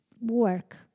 work